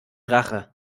rache